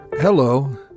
Hello